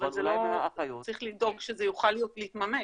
אבל צריך לדאוג שזה יוכל להתממש.